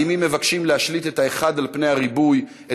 האלימים מבקשים להשליט את האחד על פני הריבוי,